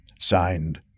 Signed